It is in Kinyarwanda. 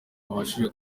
babashije